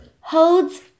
holds